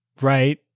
right